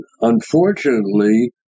unfortunately